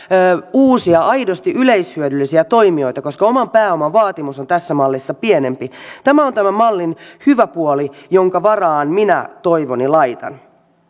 uusia aidosti yleishyödyllisiä toimijoita koska oman pääoman vaatimus on tässä mallissa pienempi tämä on tämän mallin hyvä puoli jonka varaan minä toivoni laitan